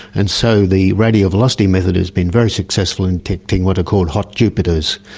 and so the radio velocity method has been very successful in detecting what are called hot jupiters,